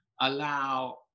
allow